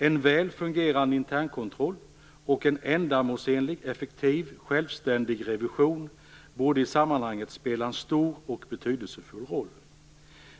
En väl fungerande internkontroll och en ändamålsenlig, effektiv och självständig revision borde i sammanhanget spela en stor och betydelsefull roll.